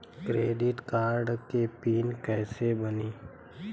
Credit card के PIN कैसे बनी?